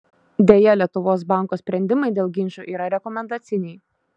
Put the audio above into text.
deja lietuvos banko sprendimai dėl ginčų yra rekomendaciniai